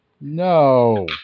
No